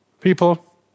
People